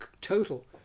total